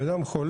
הבן אדם החולה,